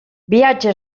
viatge